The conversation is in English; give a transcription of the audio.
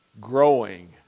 growing